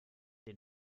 den